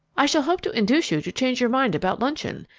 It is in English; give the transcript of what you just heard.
i shall hope to induce you to change your mind about luncheon.